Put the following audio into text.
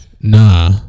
nah